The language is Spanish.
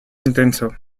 intenso